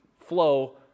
flow